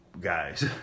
guys